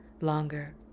longer